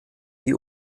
die